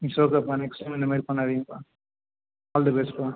it's ஓகேப்பா next time இந்த மாரி பண்ணாதீங்கப்பா ஆல் த பெஸ்ட்ப்பா